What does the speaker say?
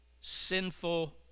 sinful